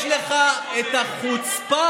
באמצע המלחמה, יש לך את החוצפה,